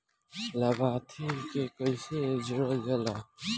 लभार्थी के कइसे जोड़ल जाला?